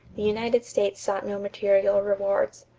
the united states sought no material rewards.